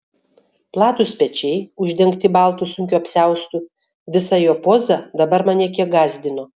platūs pečiai uždengti baltu sunkiu apsiaustu visa jo poza dabar mane kiek gąsdino